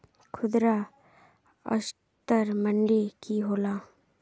खुदरा असटर मंडी की होला?